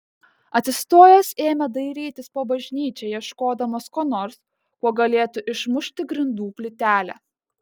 atsistojęs ėmė dairytis po bažnyčią ieškodamas ko nors kuo galėtų išmušti grindų plytelę